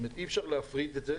אי-אפשר להפריד את זה,